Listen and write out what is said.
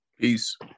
Peace